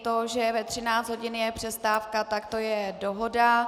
To, že ve 13 hodin je přestávka, tak to je dohoda.